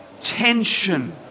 tension